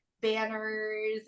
banners